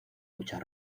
muchas